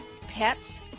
pets